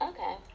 Okay